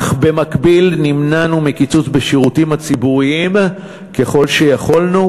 אך במקביל נמנענו מקיצוץ בשירותים הציבוריים ככל שיכולנו.